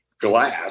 glass